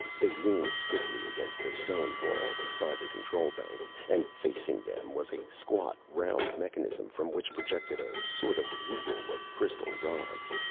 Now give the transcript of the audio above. they leaned stiffly against the stone wall beside the control bank, and facing them was a squat, round mechanism from which projected a sort of wheel of crystal rods.